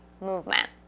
movement